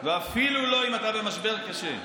ואפילו לא אם אתה במשבר קשה.